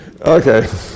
Okay